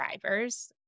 drivers